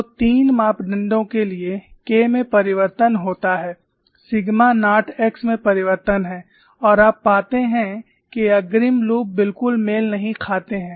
तो तीन मापदंडों के लिए K में परिवर्तन होता है सिग्मा नॉट x में परिवर्तन है और आप पाते हैं कि अग्रिम लूप बिल्कुल मेल नहीं खाते हैं